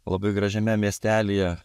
labai gražiame miestelyje